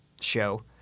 show